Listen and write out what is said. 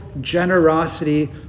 generosity